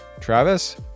Travis